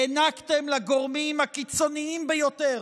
הענקתם לגורמים הקיצוניים ביותר